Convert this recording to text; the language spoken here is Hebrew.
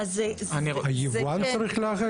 צריך להיאמר